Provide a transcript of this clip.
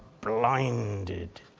blinded